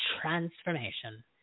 transformation